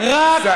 סע.